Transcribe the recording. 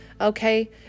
Okay